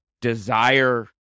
desire